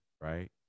right